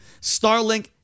Starlink